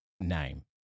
name